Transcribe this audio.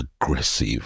aggressive